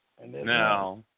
Now